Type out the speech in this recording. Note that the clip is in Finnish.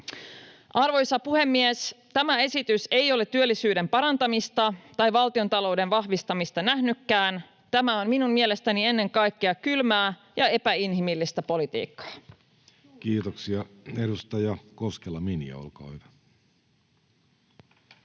Arvoisa puhemies! Tämä esitys ei ole työllisyyden parantamista tai valtiontalouden vahvistamista nähnytkään. Tämä on minun mielestäni ennen kaikkea kylmää ja epäinhimillistä politiikkaa. [Jussi Saramo: Kun Sannilla on